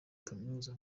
kaminuza